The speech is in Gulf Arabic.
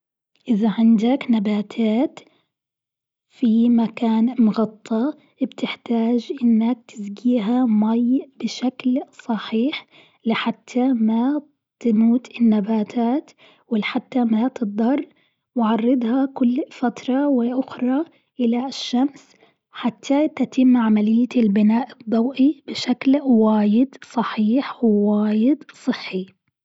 إذا عندك نباتات في مكان مغطى بتحتاج إنك تسقيها ماي بشكل صحيح لحتى ما تموت النباتات ولحتى ما تضر، وعرضها كل فترة وأخرى إلى الشمس حتى تتم عملية البناء الضوئي بشكل واجد صحيح وواجد صحي.